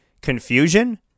confusion